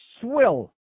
swill